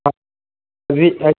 हाँ